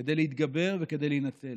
כדי להתגבר וכדי להינצל.